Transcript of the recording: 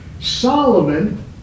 Solomon